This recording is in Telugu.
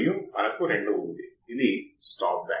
మనం సరైన బంగారు నియమాన్ని చూశాము